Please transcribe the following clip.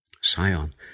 Sion